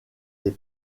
les